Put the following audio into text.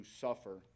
suffer